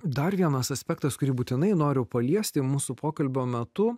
dar vienas aspektas kurį būtinai noriu paliesti mūsų pokalbio metu